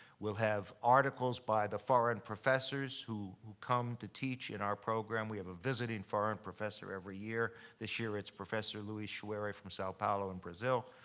we'll have articles by the foreign professors who who come to teach in our program. we have a visiting foreign professor every year. this year, it's professor luis schoueri from sao paulo in brazil.